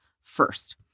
first